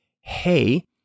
Hey